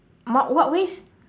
what ways